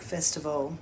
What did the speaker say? Festival